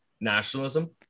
nationalism